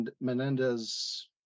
Menendez